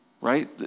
right